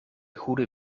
goede